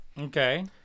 Okay